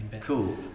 cool